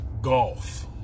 Golf